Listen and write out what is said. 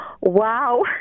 Wow